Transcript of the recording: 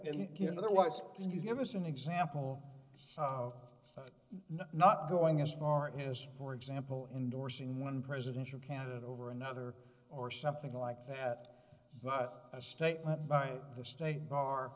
and and there was can you give us an example of not going as far as for example endorsing one presidential candidate over another or something like that but a statement by the state bar